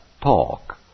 talk